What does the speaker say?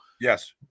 Yes